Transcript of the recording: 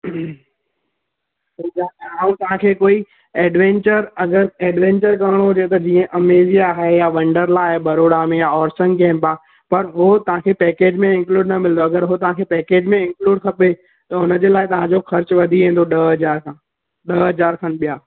ऐं तव्हां खे कोई एडवेन्चर अगरि एडवेन्चर करिणो हुजे जीअं अमेजिआ आहे वंडरला आहे वडोदरा में ऑरसन केम्प आहे पर हू तव्हां खे पेकेज में इंकलुड न मिलंदव अगरि हू तव्हां खे पेकेज में इंकलुड खपे त हुनजे लाइ तव्हां जो ख़र्चु वधी वेंदो ॾह हज़ार खां ॾह हज़ार खनि ॿिया